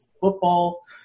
Football